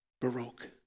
Baroque